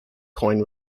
coin